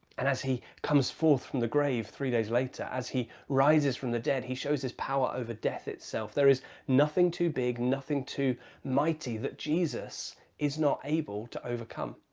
and as he comes forth from the grave three days later, as he rises from the dead, he shows his power over death itself. there is nothing too big, nothing too mighty that jesus is not able to overcome.